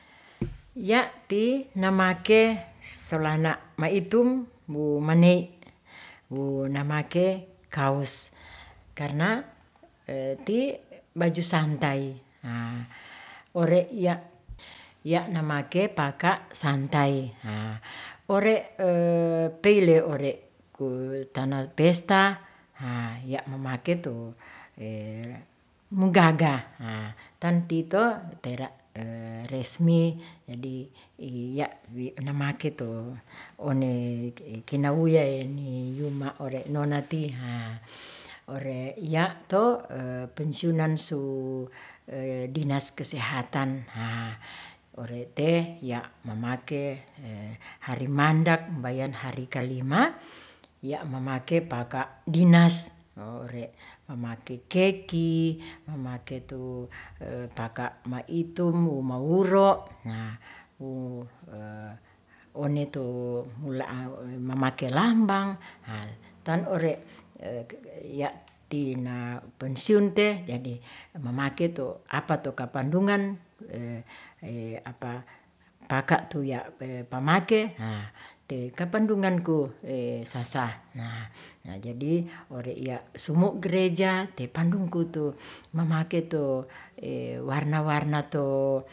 Yak ti namake, solana maitum mu manei wu namake kaus. karna ti baju santai ore' ya, ya namake paka santai ore' peile ore' ku tana pesta haa ya mamake tu munggaga. ton tito tera resmi jadi iya namake to one kinawuya ni yuma' ore' nona ti, ore' iya to pensiunan su dinas kesehatan ore' te yak mamake hari mandak bayan hari ka lima ya' mamake paka dinas ore' mamake keki, mamake tu paka maitum wu mawuro' one tu mamake lambang tan ore' ya' tina pensiun te jadi mamake apatu kapandungan paka tu ya' pamake te kampandunganku sasa na jadi ore' yak sumu gereja te pandung kutu mamake tu warna warna tu